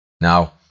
Now